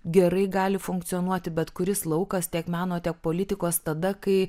gerai gali funkcionuoti bet kuris laukas tiek meno tiek politikos tada kai